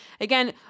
Again